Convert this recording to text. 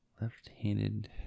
Left-handed